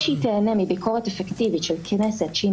בהעמדת עיקר הביקורת השיפוטית על מבחנים ערכיים טהורים,